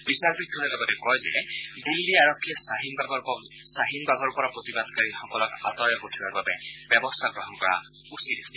বিচাৰপীঠখনে লগতে কয় যে দিল্লী আৰক্ষীয়ে খাহিনবাগৰ পৰা প্ৰতিবাদকাৰীসকলক আঁতৰাই পঠিওৱাৰ বাবে ব্যৱস্থা গ্ৰহণ কৰা উচিত আছিল